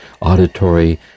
auditory